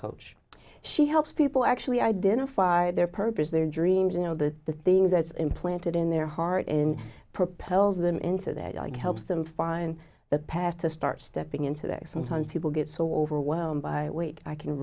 coach she helps people actually identified their purpose their dreams you know that the things that's implanted in their heart in propels them into that it helps them find the path to start stepping into that sometimes people get so overwhelmed by weight i can